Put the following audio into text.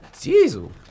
diesel